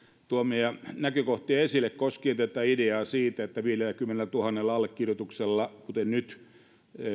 tuomia näkökohtia koskien tätä ideaa siitä että kun nyt viidelläkymmenellätuhannella allekirjoituksella